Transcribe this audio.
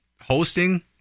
Hosting